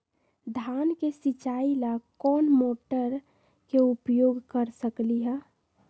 धान के सिचाई ला कोंन मोटर के उपयोग कर सकली ह?